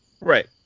Right